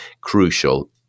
crucial